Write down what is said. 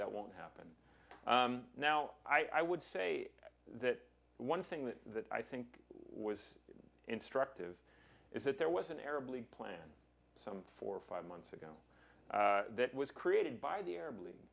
that won't happen now i would say that one thing that that i think was instructive is that there was an arab league plan some four or five months ago that was created by the arab league